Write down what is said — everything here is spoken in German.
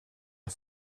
auf